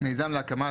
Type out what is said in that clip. - מיזם להקמה,